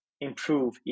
improve